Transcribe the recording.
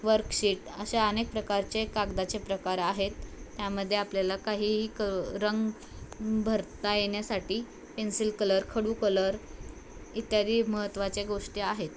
worksheet अशा अनेक प्रकारचे कागदाचे प्रकार आहेत त्यामध्ये आपल्याला काहीही क रंग भरता येण्यासाठी पेन्सिल कलर खडू कलर इत्यादी महत्त्वाच्या गोष्टी आहेत